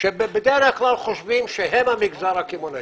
שבדרך כלל חושבים שהם המגזר הקמעונאי.